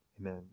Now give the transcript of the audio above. Amen